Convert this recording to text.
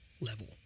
level